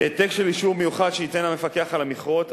העתק של אישור מיוחד שייתן המפקח על המכרות,